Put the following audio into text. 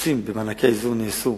הקיצוצים במענקי האיזון נעשו